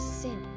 sin